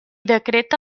decreta